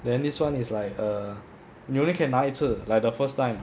then this [one] is like err 你 only 可以拿一次 like the first time